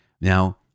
now